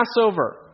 Passover